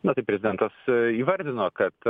na tai prezidentas įvardino kad